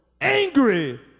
angry